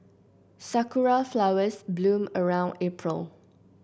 sakura flowers bloom around April